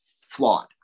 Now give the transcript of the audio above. flawed